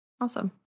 Awesome